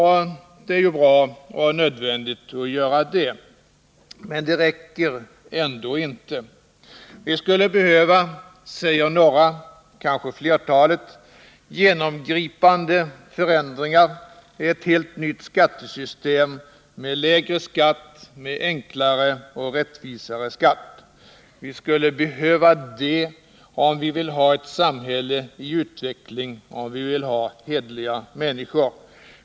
Det är bra och nödvändigt att göra det, men det räcker ändå inte. Vi skulle behöva, säger några, kanske flertalet, genomgripande förändringar, ett helt nytt skattesystem med lägre, enklare och rättvisare skatt. Vi behöver det, om vi vill ha ett samhälle i utveckling och hederliga människor.